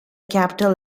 capital